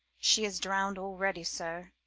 she is drown'd already, sir,